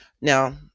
Now